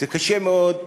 זה קשה מאוד,